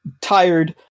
tired